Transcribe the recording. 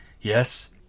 Yes